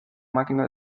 máquina